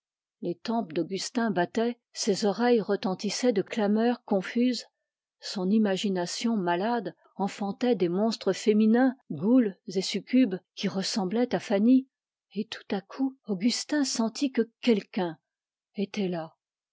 les tempes d'augustin battaient ses oreilles retentissaient de clameurs confuses son imagination malade enfantait des monstres féminins goules et succubes qui ressemblaient à fanny et tout à coup augustin sentit que quelqu'un était là